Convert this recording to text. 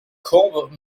combes